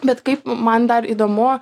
bet kaip man dar įdomu